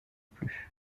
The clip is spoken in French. plus